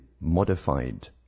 modified